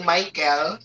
Michael